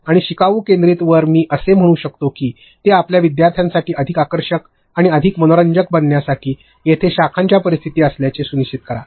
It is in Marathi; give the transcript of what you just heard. आणि शिकवू केंद्रीत वरही मी असे म्हणू शकतो की ते आपल्या विद्यार्थ्यांसाठी अधिक आकर्षक आणि अधिक मनोरंजक बनविण्यासाठी तेथे शाखांच्या परिस्थिती असल्याचे सुनिश्चित करा